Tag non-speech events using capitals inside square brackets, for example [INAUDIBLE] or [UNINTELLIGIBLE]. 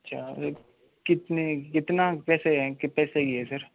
[UNINTELLIGIBLE] कितने कितना कैसे हैं कैसी की है सर